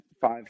five